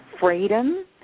freedom